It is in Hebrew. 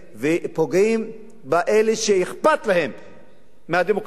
ופוגעים באלה שאכפת להם מהדמוקרטיה,